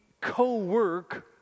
co-work